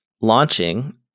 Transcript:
launching